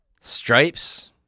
Stripes